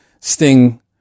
sting